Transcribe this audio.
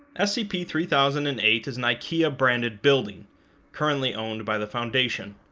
scp three thousand and eight is an ikea branded building currently owned by the foundation,